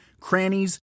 crannies